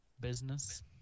business